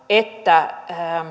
että